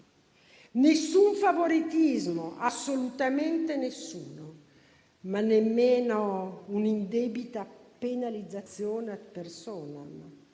alcun favoritismo, assolutamente alcuno, ma nemmeno un'indebita penalizzazione *ad personam.*